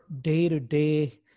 day-to-day